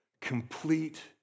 complete